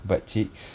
butt cheeks